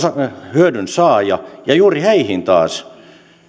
hyödynsaaja ja juuri heihin taas